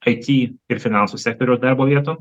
it ir finansų sektoriaus darbo vietom